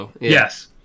Yes